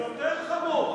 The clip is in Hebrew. יותר חמור,